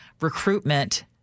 recruitment